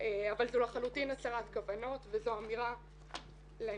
אבל זו לחלוטין הצהרת כוונות וזו אמירה להמשך.